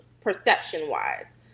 perception-wise